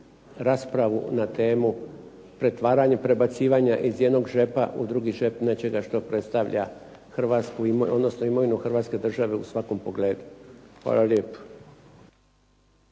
raspravu na temu pretvaranja, prebacivanja iz jednog džepa u drugi džep nečega što predstavlja Hrvatsku, odnosno imovinu hrvatske države u svakom pogledu. Hvala lijepo.